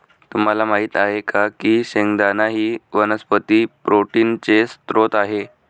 तुम्हाला माहित आहे का की शेंगदाणा ही वनस्पती प्रोटीनचे स्त्रोत आहे